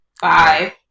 Five